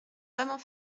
vraiment